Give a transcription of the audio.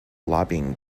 lobbying